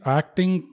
acting